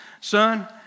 Son